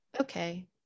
okay